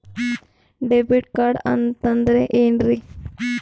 Debit card ಅಂತಂದ್ರೆ ಏನ್ರೀ?